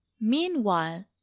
meanwhile